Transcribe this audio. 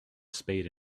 spade